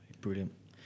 Brilliant